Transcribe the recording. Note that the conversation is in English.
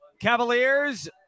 Cavaliers